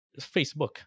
Facebook